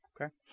Okay